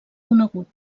conegut